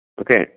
Okay